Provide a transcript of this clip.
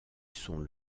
sont